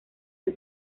del